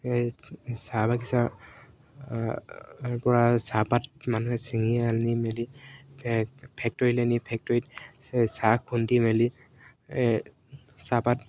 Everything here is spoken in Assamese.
এই চাহ বাগিচা পৰা চাহপাত মানুহে ছিঙি আনি মেলি ফেক্টৰীলৈ নি ফেক্টৰীত চে চাহ খুন্দি মেলি চাহপাত